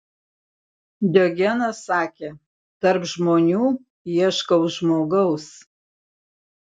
diogenas sakė tarp žmonių ieškau žmogaus